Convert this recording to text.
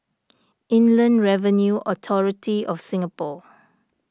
Inland Revenue Authority of Singapore